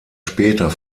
später